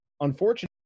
unfortunately